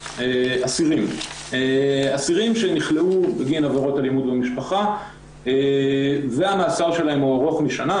אסירים שנכלאו בגין עבירות אלימות במשפחה והמאסר שלהם ארוך משנה,